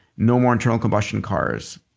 no more internal combustion cars.